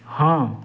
ହଁ